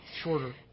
shorter